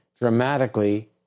dramatically